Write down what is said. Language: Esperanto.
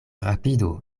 rapidu